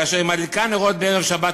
כאשר היא מדליקה נרות בערב שבת,